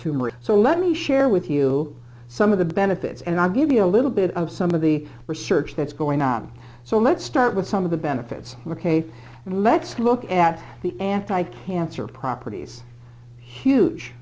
tumors so let me share with you some of the benefits and i'll give you a little bit of some of the research that's going on so let's start with some of the benefits ok and let's look at the anti cancer properties huge